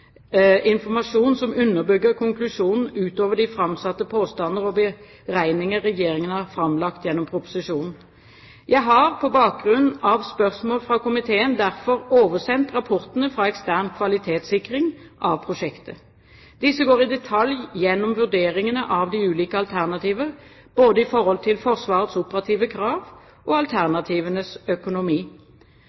informasjon som underbygger konklusjonen utover de framsatte påstander og beregninger Regjeringen har framlagt gjennom proposisjonen. Jeg har, på bakgrunn av spørsmål fra komiteen, derfor oversendt rapportene fra ekstern kvalitetssikring av prosjektet. Disse går i detalj gjennom vurderingene av de ulike alternativer, både i forhold til Forsvarets operative krav og alternativenes økonomi.